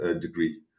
degree